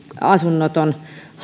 asunnoton